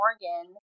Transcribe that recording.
Morgan